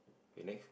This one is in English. K next